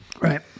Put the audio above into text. Right